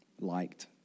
liked